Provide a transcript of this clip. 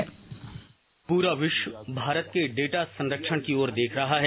bite पूरा विश्व भारत के डेटा संरक्षण की ओर देख रहा है